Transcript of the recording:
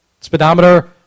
speedometer